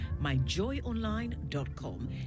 MyJoyOnline.com